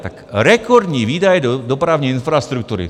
Tak rekordní výdaje do dopravní infrastruktury.